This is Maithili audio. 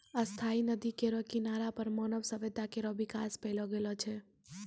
स्थायी नदी केरो किनारा पर मानव सभ्यता केरो बिकास पैलो गेलो छै